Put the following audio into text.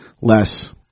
less